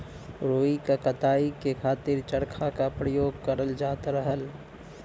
रुई क कताई के खातिर चरखा क परयोग करल जात रहल